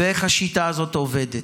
ואיך השיטה הזאת עובדת.